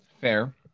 fair